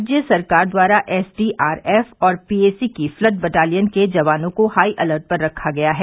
राज्य सरकार द्वारा एसडीआरएफ और पीएसी के फ्लड बटालियन के जवानों को हाई अलर्ट पर रखा गया है